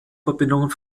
verbindungen